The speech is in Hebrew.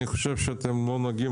אני חושב שאתם לא נוגעים,